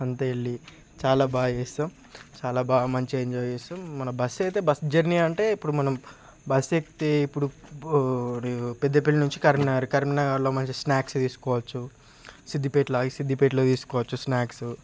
అంతా వెళ్ళి చాలా బాగా చేస్తాము చాలా బాగా మంచిగా ఎంజాయ్ చేస్తాము మన బస్సు అయితే బస్సు జర్నీ అంటే ఇప్పుడు మనం బస్సు ఎక్కితే ఇప్పుడు పెద్దపల్లి నుంచి కరీంనగర్ కరీంనగర్లో మంచి స్నాక్స్ తీసుకోవచ్చు సిద్దిపేటలో ఆగి సిద్దిపేటలో తీసుకోవచ్చు స్నాక్స్